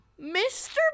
Mr